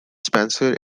spencer